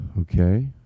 okay